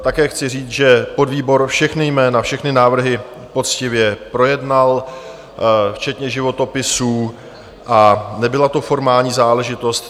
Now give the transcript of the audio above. Také chci říct, že podvýbor všechna jména, všechny návrhy poctivě projednal včetně životopisů a nebyla to formální záležitost.